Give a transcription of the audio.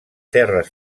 terres